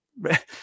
right